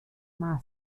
maß